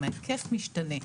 ההיקף משתנה.